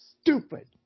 stupid